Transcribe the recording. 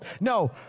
No